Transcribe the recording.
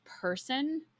person